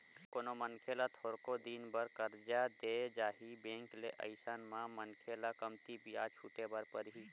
कोनो मनखे ल थोरके दिन बर करजा देय जाही बेंक ले अइसन म मनखे ल कमती बियाज छूटे बर परही